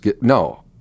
no